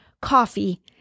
coffee